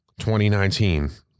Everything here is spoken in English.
2019